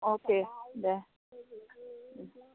अके दे